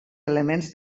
elements